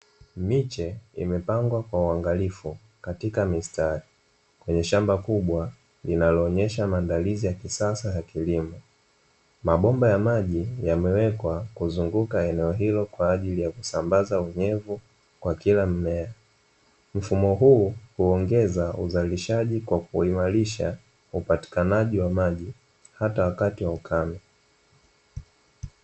Miche imepangwa kwa uangalifu, katika mistari, kwenye shamba kubwa linaloonesha maandalizi ya kisasa ya kilimo. Mabomba ya maji yamewekwa kuzunguka eneo hilo kwa ajili ya kusambaza unyevu kwa kila mmea. Mfumo huu huongeza uzalishaji kwa kuimarisha, upatikanaji wa maji hata wakati wa ukame.